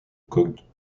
coque